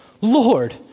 Lord